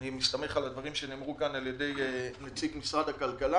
אני מסתמך על הדברים שנאמרו כאן על ידי נציג משרד הכלכלה